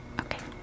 Okay